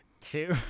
two